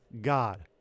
God